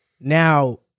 Now